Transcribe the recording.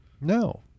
No